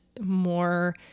more